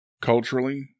culturally